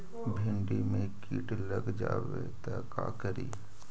भिन्डी मे किट लग जाबे त का करि?